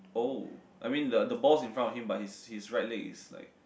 oh I mean the the ball's in front of him but his his right leg is like